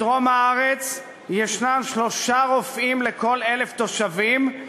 בדרום הארץ יש שלושה רופאים לכל 1,000 תושבים,